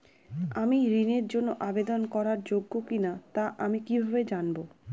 আমি ঋণের জন্য আবেদন করার যোগ্য কিনা তা আমি কীভাবে জানব?